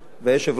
והיושב-ראש,